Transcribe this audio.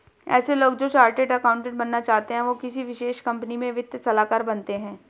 ऐसे लोग जो चार्टर्ड अकाउन्टन्ट बनना चाहते है वो किसी विशेष कंपनी में वित्तीय सलाहकार बनते हैं